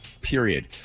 Period